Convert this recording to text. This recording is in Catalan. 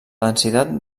densitat